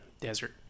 desert